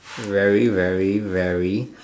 very very very